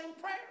prayer